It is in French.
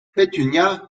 pétunia